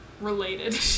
related